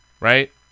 right